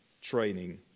training